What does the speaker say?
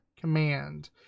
Command